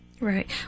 Right